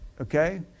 Okay